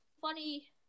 funny